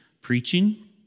Preaching